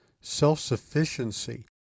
self-sufficiency